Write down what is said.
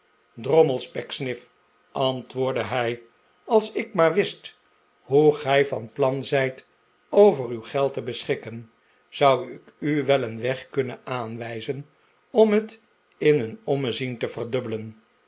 drommels pecksniff antwoordde hij als ik maar wist hoe gij van plan zijt oyer tiw geld te beschikken zou ik u wel een weg kunnen aanwijzeh om het in een ommezien te verdubbelen